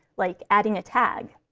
like adding a tag.